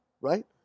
right